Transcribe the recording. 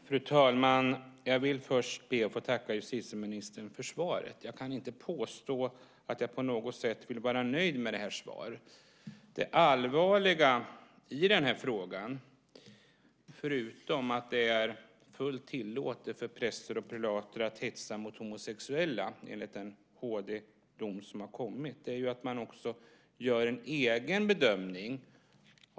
Fru talman! Jag vill först be att få tacka justitieministern för svaret. Jag kan inte påstå att jag på något sätt är nöjd med det här svaret. Det allvarliga i den här frågan, förutom att det är fullt tillåtet för präster och prelater att hetsa mot homosexuella enligt den HD-dom som har kommit, är att man också gör en egen bedömning.